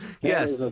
Yes